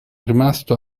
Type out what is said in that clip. rimasto